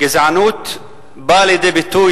גזענות באה לידי ביטוי,